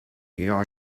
you